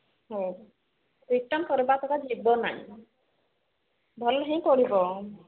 ହଁ ରିଟର୍ଣ୍ଣ କରିବା କଥା ଯିବ ନାଇ ଭଲ ହିଁ ପଡ଼ିବ